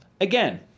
Again